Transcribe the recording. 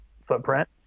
footprint